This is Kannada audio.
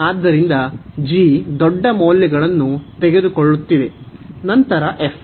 ಆದ್ದರಿಂದ g ದೊಡ್ಡ ಮೌಲ್ಯಗಳನ್ನು ತೆಗೆದುಕೊಳ್ಳುತ್ತಿದೆ ನಂತರ f